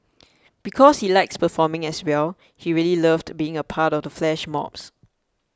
because he likes performing as well he really loved being a part of the flash mobs